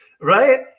right